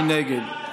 מי נגד?